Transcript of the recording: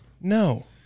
No